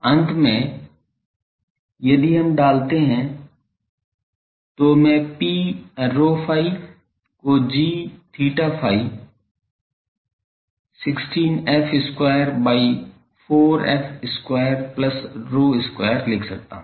अंत में यदि हम डालते हैं तो मैं Pρ ϕ को g𝛳ϕ 16f square by 4f square plus ρ square लिख सकता हूं